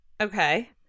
Okay